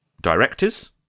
directors